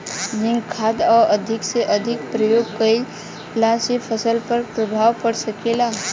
Zinc खाद क अधिक से अधिक प्रयोग कइला से फसल पर का प्रभाव पड़ सकेला?